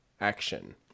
action